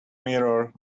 mirror